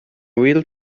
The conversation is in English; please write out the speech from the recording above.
real